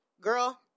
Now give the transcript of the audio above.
girl